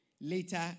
Later